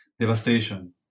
devastation